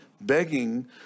begging